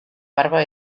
barba